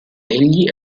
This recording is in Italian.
egli